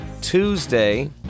Tuesday